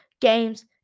games